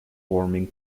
warming